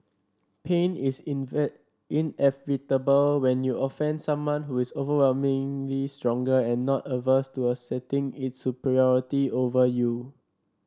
pain is inevitable when you offend someone who is overwhelmingly stronger and not averse to asserting its superiority over you